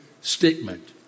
statement